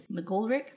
mcgoldrick